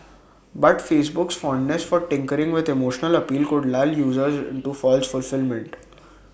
but Facebook's fondness for tinkering with emotional appeal could lull users into false fulfilment